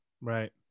right